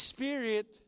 Spirit